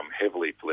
heavily